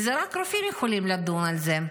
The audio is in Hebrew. ורק רופאים יכולים לדון על זה.